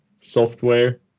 software